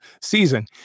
season